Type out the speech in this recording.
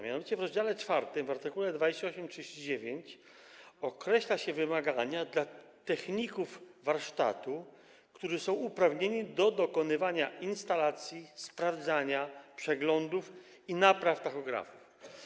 Mianowicie w rozdziale 4 w art. 28 i art. 39 określa się wymagania dla techników warsztatu, którzy są uprawnieni do dokonywania instalacji, sprawdzania, przeglądów i napraw tachografów.